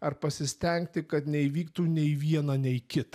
ar pasistengti kad neįvyktų nei viena nei kita